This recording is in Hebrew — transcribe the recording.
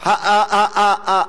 משפט אחרון.